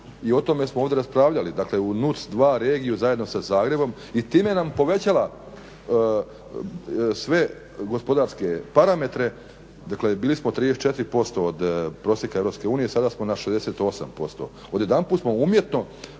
i o tome smo ovdje raspravljali dakle u NUTZ 2 regiju zajedno sa Zagrebom i time nam povećala sve gospodarske parametre, dakle bili smo 34% od prosjeka EU sada smo na 68% odjedanput smo umjetno